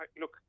look